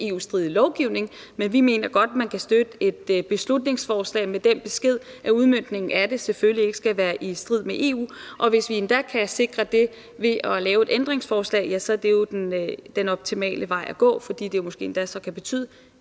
tror godt, at man kan det. Vi mener godt, at man kan støtte beslutningsforslaget med den besked, at udmøntningen af det selvfølgelig ikke skal være i strid med EU, og hvis vi endda kan sikre det ved at lave et ændringsforslag, er det jo den optimale vej at gå, fordi det måske endda så kan betyde,